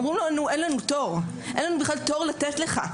אומרים לו שאין להם בכלל תור לתת לו.